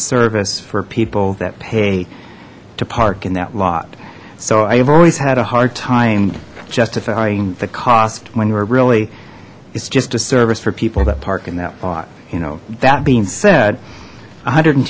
service for people that pay to park in that lot so i have always had a hard time justifying the cost when we were really it's just a service for people that park in that law you know that being said one hundred and